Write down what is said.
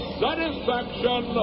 satisfaction